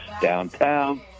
downtown